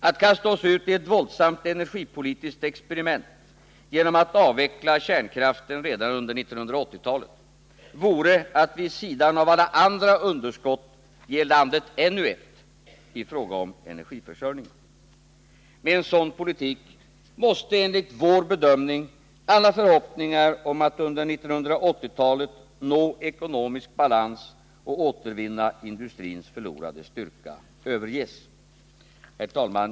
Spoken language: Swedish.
Att kasta oss ut i ett våldsamt energipolitiskt experiment genom att avveckla kärnkraften redan under 1980-talet vore att vid sidan av alla andra underskott ge landet ännu ett, i fråga om energiförsörjningen. Med en sådan politik måste, enligt vår bedömning, alla förhoppningar om att under 1980-talet nå ekonomisk balans och återvinna industrins förlorade styrka överges. Herr talman!